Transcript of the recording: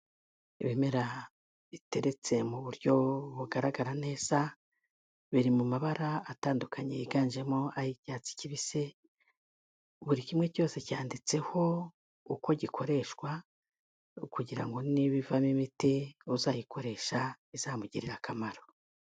Ibimera biteretse mu buryo bugaragara neza biri mu mabara atandukanye yiganjemo ay'icyatsi kibisi, buri kimwe cyose cyanditseho uko gikoreshwa ukugira ngo n'ibivamo imiti uzayikoresha izamugirirarire akamaro.